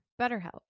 BetterHelp